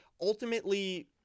ultimately